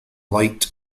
light